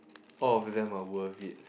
all of them are worth it